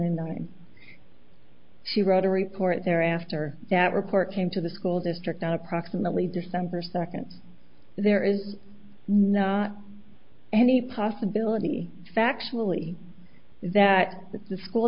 and nine she wrote a report there after that report came to the school district on approximately december second there is no any possibility factually that the school